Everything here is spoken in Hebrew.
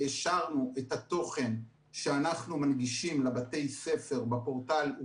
אישרנו את התוכן שאנחנו מנגישים לבתי ספר בפורטל.